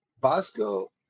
Bosco